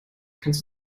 kannst